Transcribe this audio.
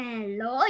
Hello